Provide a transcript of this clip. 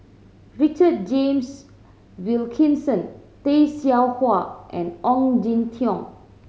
Richard James Wilkinson Tay Seow Huah and Ong Jin Teong